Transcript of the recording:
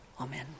Amen